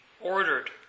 ordered